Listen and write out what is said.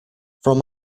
from